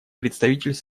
представитель